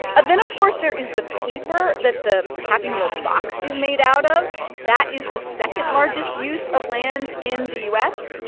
and then, of course, there is the paper that the happy meal box is made out of. that is the second-largest use of land in the u s,